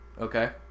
Okay